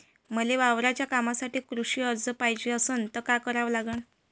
मले वावराच्या कामासाठी कृषी कर्ज पायजे असनं त काय कराव लागन?